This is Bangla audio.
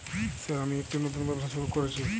স্যার আমি একটি নতুন ব্যবসা শুরু করেছি?